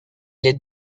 les